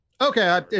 Okay